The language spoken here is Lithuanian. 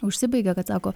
užsibaigia kad sako